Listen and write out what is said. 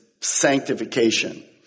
sanctification